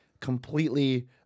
completely